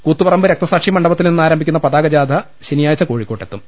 കൂത്തുപറമ്പ് രക്തസാക്ഷി മണ്ഡപത്തിൽ നിന്നാരംഭിക്കുന്ന പതാക ജാഥ ശനിയാഴ്ച കോഴിക്കോട്ടെത്തും